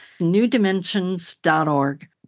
newdimensions.org